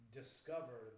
discover